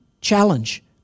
challenge